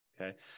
okay